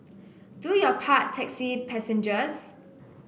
do your part taxi passengers